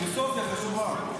פילוסופיה חשובה.